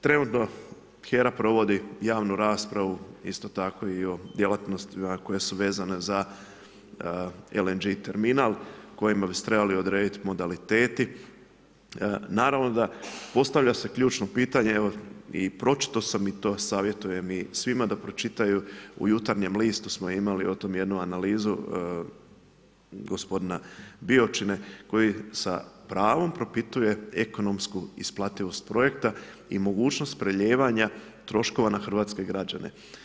Trenutno HERA provodi javnu raspravu isto tako i o djelatnostima koje su vezane za LNG terminal, kojima bi se trebali odredit modaliteti, naravno da postavlja se ključno pitanje, pročitao sam i to savjetujem svima da pročitaju, u Jutarnjem listu smo imali o tome jednu analizu gospodina Biočine koji sa pravom propituje ekonomsku isplativost projekta i mogućnost prelijevanja troškova na hrvatske građane.